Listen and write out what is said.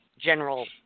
general